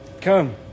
Come